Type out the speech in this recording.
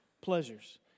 Pleasures